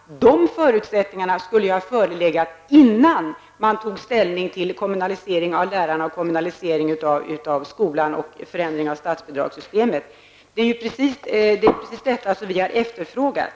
Dessa förutsättningar skulle ha förelegat innan man tog ställning till kommunalisering av skolan och förändring av statsbidragssystemet. Det är precis detta som vi har efterfrågat.